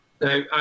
Now